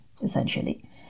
essentially